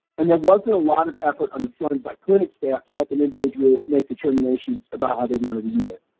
and there wasn't a lot of effort on the front end by clinic staff top help an individual make determinations about how they might've needed it.